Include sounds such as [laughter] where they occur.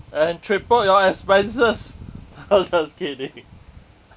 and tripled your expenses [laughs] I was just kidding [laughs]